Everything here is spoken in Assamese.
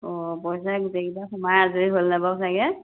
অঁ পইচা গোটেই কেইটা সোমাই আজৰি হ'লনে চাগে